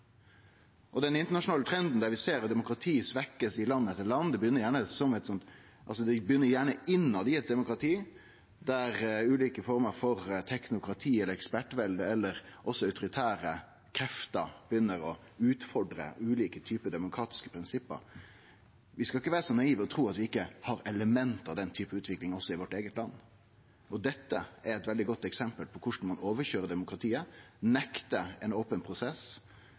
Den internasjonale trenden der vi ser at demokratiet blir svekt i land etter land, begynner gjerne innetter i eit demokrati, der ulike former for teknokrati eller ekspertvelde og også autoritære krefter begynner å utfordre ulike typar demokratiske prinsipp. Vi skal ikkje vere så naive og tru at vi ikkje har element av den typen utvikling også i vårt eige land. Dette er eit veldig godt eksempel på korleis ein køyrer over demokratiet, nektar ein open prosess